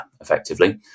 effectively